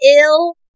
ill